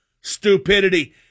stupidity